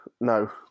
no